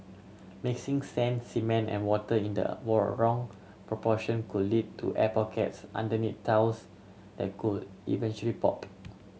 mixing sand cement and water in the war wrong proportion could lead to air pockets underneath tiles that could eventually pop